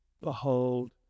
behold